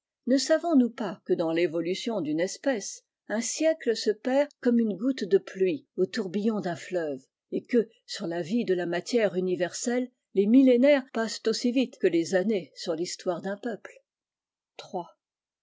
ne savons-nous pas que dans l'évolution d'une espèce un siècle se perd comme une goutte de pluie aux tourbillons d'un fleuve et que sur la vie de la matière universelle les millénaires passent aussi vite que les années sur thistoire d'un peuple